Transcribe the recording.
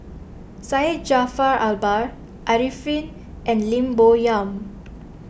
Syed Jaafar Albar Arifin and Lim Bo Yam